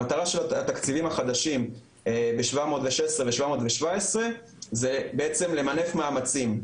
המטרה של התקציבים החדשים ב-716 ו-717 זה בעצם למנף מאמצים,